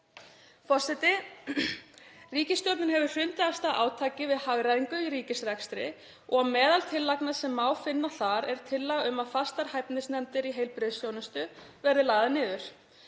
Forseti. Ríkisstjórnin hefur hrundið af stað átaki við hagræðingu í ríkisrekstri og á meðal tillagna sem má finna þar er tillaga um að fastar hæfnisnefndir í heilbrigðisþjónustu verði lagðar niður.